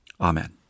Amen